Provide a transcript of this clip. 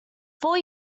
four